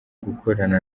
gukorana